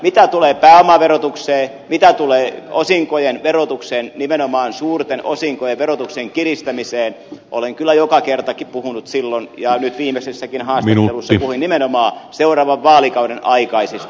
mitä tulee pääomaverotukseen mitä tulee osinkojen verotukseen nimenomaan suurten osinkojen verotuksen kiristämiseen olen kyllä joka kertakin puhunut silloin ja nyt viimeksi jossakin haastattelussa puhuin nimenomaan seuraavan vaalikauden aikaisista toimenpiteistä